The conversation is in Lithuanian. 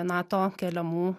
nato keliamų